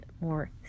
more